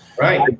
right